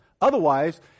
Otherwise